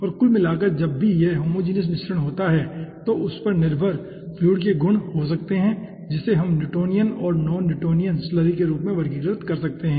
और कुल मिलाकर जब भी यह होमोजीनियस मिश्रण होता है तो उस पर निर्भर फ्लूइड के गुण हो सकते हैं जिसे हम न्यूटोनियन और नॉन न्यूटोनियन स्लरी के रूप में वर्गीकृत कर सकते हैं